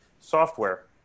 software